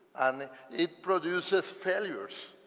and it produces failures.